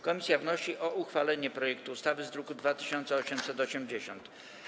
Komisja wnosi o uchwalenie projektu ustawy z druku nr 2880.